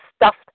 Stuffed